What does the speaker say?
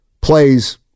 plays